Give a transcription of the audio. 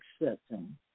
accepting